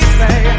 say